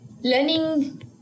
Learning